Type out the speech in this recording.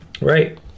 Right